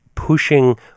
pushing